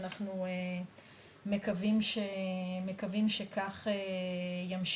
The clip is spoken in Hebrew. אנחנו מקווים שכך ימשיך.